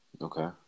Okay